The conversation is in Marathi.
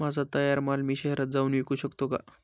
माझा तयार माल मी शहरात जाऊन विकू शकतो का?